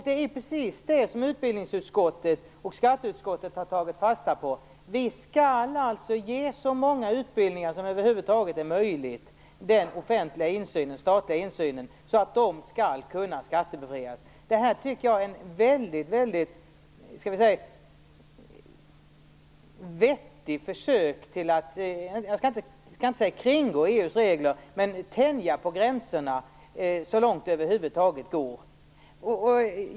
Det är precis det som utbildningsutskottet och skatteutskottet har tagit fasta på. Vi skall alltså ge så många utbildningar det över huvud taget är möjligt den offentliga, statliga insynen så att de skall kunna skattebefrias. Det tycker jag är ett väldigt vettigt försök att, jag skall inte säga kringgå, men tänja på gränserna för EU:s regler så långt det över huvud taget går.